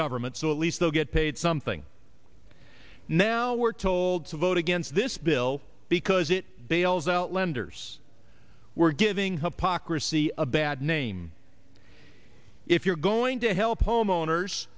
government so at least they'll get paid something now we're told to vote against this bill because it bails out lenders were giving hypocrisy a bad name if you're going to help homeowners